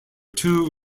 two